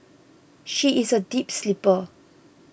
she is a deep sleeper